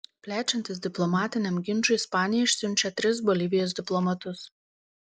plečiantis diplomatiniam ginčui ispanija išsiunčia tris bolivijos diplomatus